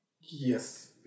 Yes